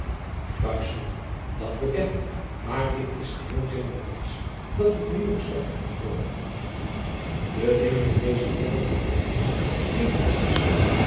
dat beken ik maar dit is geheel geen bewijs dat het nu ook slecht moet afloopen de dingen in deze wereld houden geheel geene vaste streek